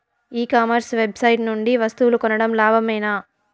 ఈ commerce website నుండి వస్తువులు కొనడం లాభమేనా?